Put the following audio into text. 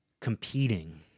competing